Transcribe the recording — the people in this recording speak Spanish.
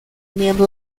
miembro